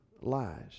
lies